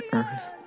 earth